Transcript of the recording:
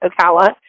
Ocala